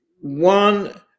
one